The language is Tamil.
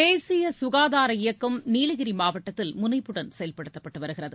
தேசிய சுகாதார இயக்கம் நீலகிரி மாவட்டத்தில் முனைப்புடன் செயல்படுத்தப்பட்டு வருகிறது